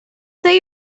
say